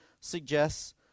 suggests